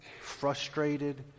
frustrated